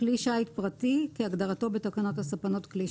"כלי שיט פרטי" כהגדרתו בתקנות הספנות (כלי